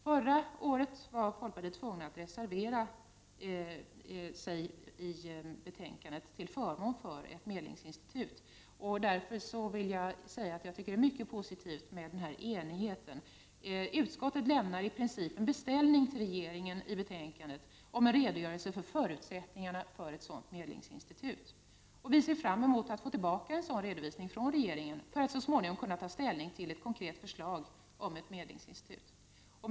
Förra året var folkpartiets representanter tvungna att reservera sig till förmån för ett medlingsinstitut. Därför tycker jag att det är mycket positivt med den enighet som nu råder. Utskottet lämnar i princip en beställning till regeringen om en redogörelse för förutsättningarna för ett sådant institut. Vi ser fram emot att få tillbaka en sådan redovisning från regeringen, för att så småningom kunna ta ställning till ett konkret förslag om ett medlingsinstitut.